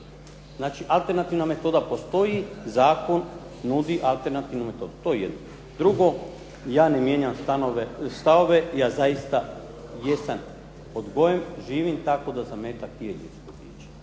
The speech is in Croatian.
Znači alternativna metoda postoji, zakon nudi alternativnu metodu. To je jedno. Drugo. Ja ne mijenjam stavove, ja zaista jesam odgojen, živim tako da zametak je ljudsko biće.